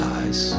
eyes